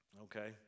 okay